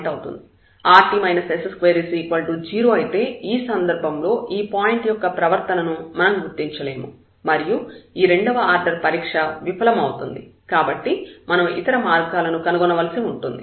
rt s2 0 అయితే ఈ సందర్భంలో ఈ పాయింట్ యొక్క ప్రవర్తనను మనం గుర్తించలేము మరియు ఈ రెండవ ఆర్డర్ పరీక్ష విఫలమవుతుంది కాబట్టి మనం ఇతర మార్గాలను కనుగొనవలసి ఉంటుంది